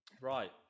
Right